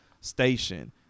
station